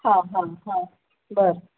हां हां हां बरं